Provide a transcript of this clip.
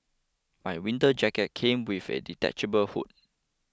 my winter jacket came with a detachable hood